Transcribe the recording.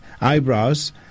eyebrows